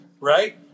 right